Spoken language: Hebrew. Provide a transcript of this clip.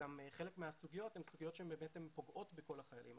וגם חלק מהסוגיות הן סוגיות שבאמת פוגעות בכל החיילים.